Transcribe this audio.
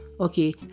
Okay